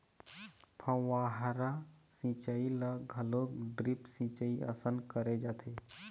फव्हारा सिंचई ल घलोक ड्रिप सिंचई असन करे जाथे